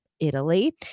Italy